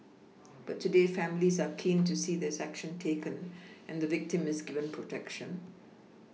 but today families are keen to see there is action taken and the victim is given protection